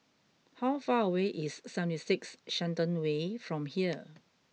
how far away is seventy six Shenton Way from here